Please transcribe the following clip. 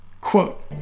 Quote